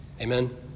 Amen